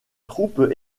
troupes